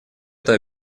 это